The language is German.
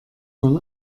man